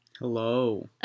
Hello